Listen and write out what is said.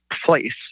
place